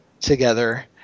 together